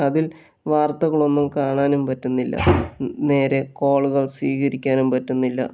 അതിൽ വാർത്തകളൊന്നും കാണാനും പറ്റുന്നില്ല നേരേ കോളുകൾ സ്വീകരിക്കാനും പറ്റുന്നില്ലാ